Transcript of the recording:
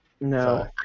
no